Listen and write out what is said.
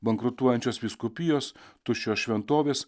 bankrutuojančios vyskupijos tuščios šventovės